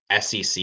sec